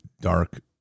dark